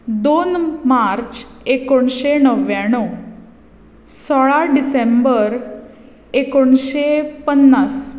दोन मार्च एकुणशें णव्याणव सोळा डिसेंबर एकुणशें पन्नास